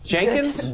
Jenkins